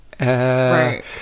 Right